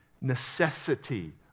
necessity